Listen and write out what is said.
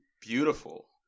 beautiful